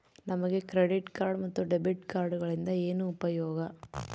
ನಮಗೆ credit card ಮತ್ತು debit ಕಾರ್ಡುಗಳಿಂದ ಏನು ಉಪಯೋಗ?